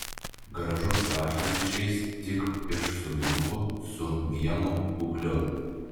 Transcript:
gražus raštas išeis tik iš sodinukų su vienu ūgliu